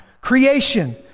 creation